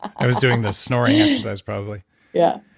i was doing the snoring exercise probably yeah